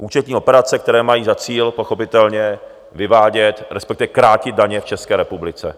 Účetní operace, které mají za cíl pochopitelně vyvádět, respektive krátit daně v České republice.